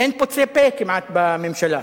ואין פוצה פה כמעט, בממשלה.